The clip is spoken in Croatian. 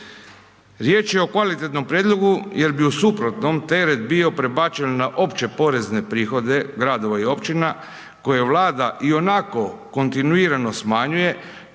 Riječ je o kvalitetnom prijedlogu jer bi u suprotnom teret bio prebačen na opće porezne prihode gradova i općina koje Vlada ionako kontinuirano smanjuje